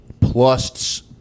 plus